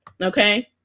Okay